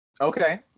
okay